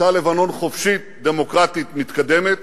אותה לבנון חופשית, דמוקרטית, מתקדמת,